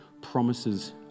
promises